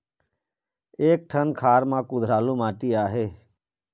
एक ठन खार म कुधरालू माटी आहे?